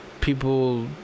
people